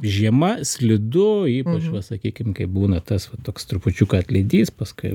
žiema slidu ypač va sakykim kaip būna tas va toks trupučiuką atlydys paskui